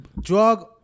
drug